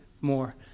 more